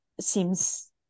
seems